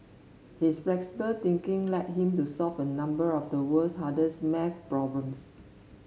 his flexible thinking led him to solve a number of the world's hardest maths problems